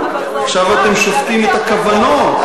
הנאום, עכשיו אתם שופטים את הכוונות.